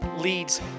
leads